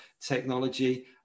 technology